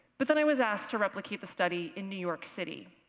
but then i was asked to replicate the study in new york city.